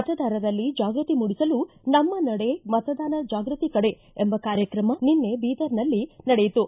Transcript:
ಮತದಾರಲ್ಲಿ ಜಾಗೃತಿ ಮೂಡಿಸಲು ನಮ್ನ ನಡೆ ಮತದಾನ ಜಾಗೃತಿ ಕಡೆ ಎಂಬ ಕಾರ್ಯಕ್ರಮ ನಿನ್ನೆ ಬೀದರ್ನಲ್ಲಿ ನಡೆಯಿತು